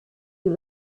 you